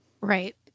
Right